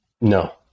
No